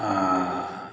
आ